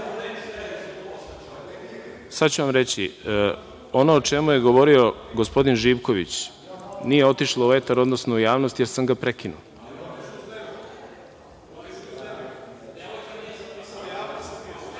ću vam reći, ono o čemu je govorio gospodin Živković nije otišlo u etar, odnosno u javnost, jer sam ga